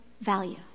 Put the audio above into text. value